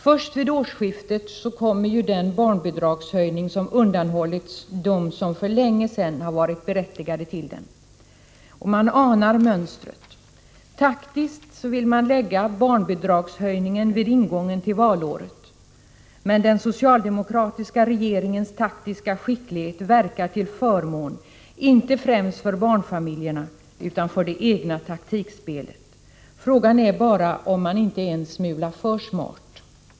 Först vid årsskiftet kommer ju den barnbidragshöjning som undanhållits dem som för länge sedan har varit berättigade till den. Man anar mönstret. Taktiskt vill socialdemokraterna lägga barnbidragshöjningen vid ingången till valåret. Den socialdemokratiska regeringens taktiska skicklighet verkar till förmån inte främst för barnfamiljerna utan för det egna taktikspelet. Frågan är bara om regeringen inte är en smula för smart.